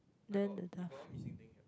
then later